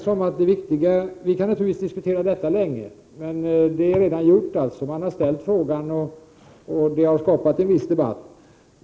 Vi kan naturligtvis diskutera detta länge, men enkätfrågan har redan ställts, och det har skapat en viss debatt.